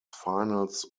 finals